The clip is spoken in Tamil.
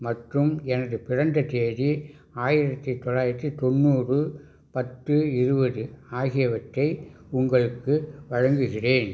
மற்றும் எனது பிறந்த தேதி ஆயிரத்தி தொள்ளாயிரத்தி தொண்ணூறு பத்து இருபது ஆகியவற்றை உங்களுக்கு வழங்குகின்றேன்